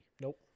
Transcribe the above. Nope